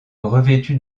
revêtu